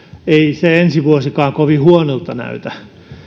ei se ensi vuosikaan kovin huonolta näytä